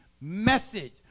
message